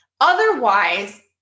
Otherwise